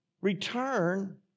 Return